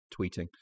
tweeting